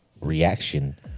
reaction